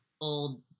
old